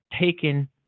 taken